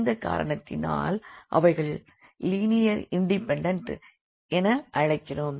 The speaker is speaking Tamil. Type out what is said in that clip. இந்தக் காரணத்தினால் அவைகளை லினியர் இண்டிபெண்டண்ட் என அழைக்கிறோம்